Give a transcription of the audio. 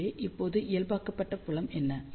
எனவே இப்போது இயல்பாக்கப்பட்ட புலம் என்ன